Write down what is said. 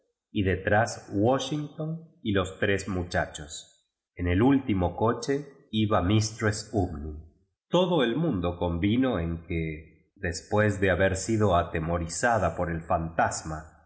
y detrás washington y los tres muchachos en el último coche iba mktress umney todo el mundo convino en que después de haber sído atemorizada por el fantasma